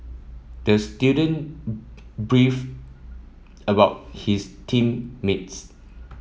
the student beefed about his team mates